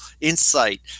insight